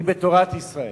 בתורת ישראל.